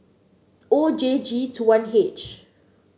O J G two one H